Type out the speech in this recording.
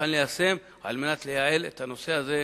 מוכן ליישם, על מנת לייעל את הנושא הזה,